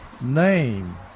name